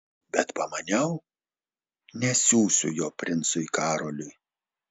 bet pamaniau nesiųsiu jo princui karoliui